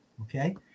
Okay